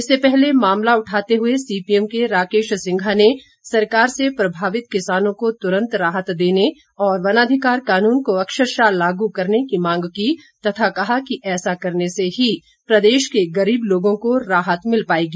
इससे पहले मामला उठाते हुए सीपीएम के राकेश सिंघा ने सरकार से प्रभावित किसानों को तुरंत राहत देने और वनाधिकार कानून को अक्षरशः लागू करने की मांग की तथा कहा कि ऐसा करने से ही प्रदेश के गरीब लोगों को राहत मिल पाएगी